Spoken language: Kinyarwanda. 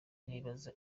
nibaza